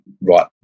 right